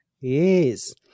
Yes